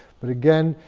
but again,